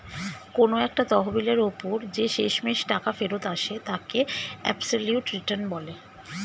কোন একটা তহবিলের ওপর যে শেষমেষ টাকা ফেরত আসে তাকে অ্যাবসলিউট রিটার্ন বলে